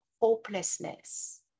hopelessness